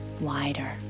wider